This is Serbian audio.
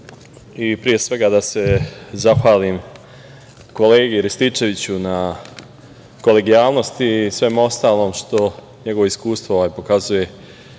svega da se zahvalim kolegi Rističeviću na kolegijalnosti i svemu ostalom što njegovo iskustvo pokazuje